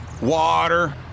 Water